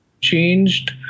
changed